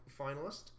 finalist